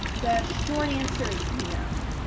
the short answer is no.